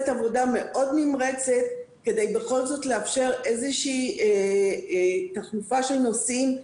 עבודה מאוד נמרצת כדי בכל זאת לאפשר איזה שהיא תחלופה של נוסעים,